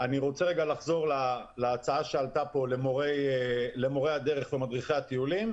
אני רוצה לחזור לרגע להצעה שעלתה פה לגבי מורי הדרך ומדריכי הטיולים.